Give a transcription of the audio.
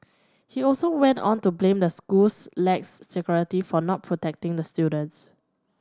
he also went on to blame the school's lax security for not protecting the students